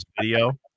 video